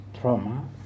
trauma